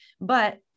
But-